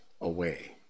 away